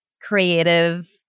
creative